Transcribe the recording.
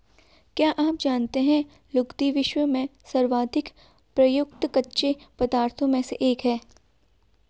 क्या आप जानते है लुगदी, विश्व में सर्वाधिक प्रयुक्त कच्चे पदार्थों में से एक है?